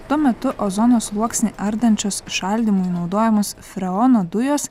tuo metu ozono sluoksnį ardančios šaldymui naudojamas freono dujos